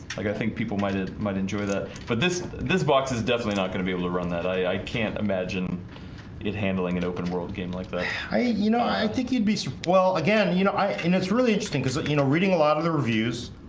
like i think people might it might enjoy that but this this box is definitely not gonna be able to run that i i can't imagine it handling an open world game like that. i you know i think you'd be swell again you know i and it's really interesting because you know reading a lot of the reviews.